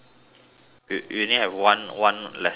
we we only have one one lesson a week